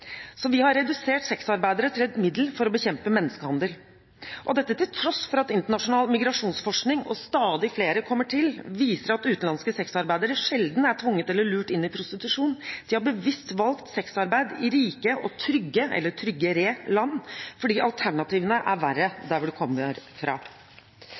Så vi har redusert sexarbeidere til et middel for å bekjempe menneskehandel – dette til tross for at internasjonal migrasjonsforskning, og stadig flere kommer til – viser at utenlandske sexarbeidere sjelden er tvunget eller lurt inn i prostitusjon. De har bevisst valgt sexarbeid i rike og tryggere land fordi alternativene er verre der de kommer fra.